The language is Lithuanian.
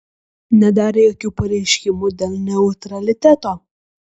nedarė jokių pareiškimų dėl neutraliteto